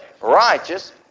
righteous